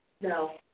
No